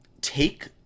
take